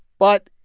but,